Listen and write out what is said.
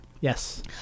Yes